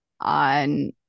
...on